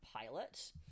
pilot